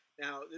Now